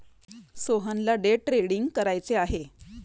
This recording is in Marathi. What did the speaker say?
सोहनला डे ट्रेडिंग करायचे आहे